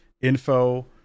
info